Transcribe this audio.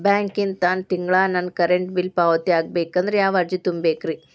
ಬ್ಯಾಂಕಿಂದ ತಾನ ತಿಂಗಳಾ ನನ್ನ ಕರೆಂಟ್ ಬಿಲ್ ಪಾವತಿ ಆಗ್ಬೇಕಂದ್ರ ಯಾವ ಅರ್ಜಿ ತುಂಬೇಕ್ರಿ?